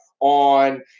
on